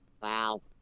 Wow